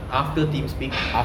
after teams speak